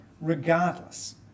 regardless